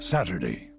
Saturday